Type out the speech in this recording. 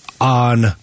on